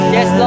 Yes